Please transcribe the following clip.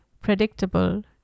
predictable